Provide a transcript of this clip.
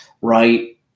right